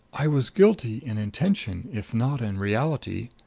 i was guilty in intention if not in reality.